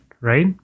right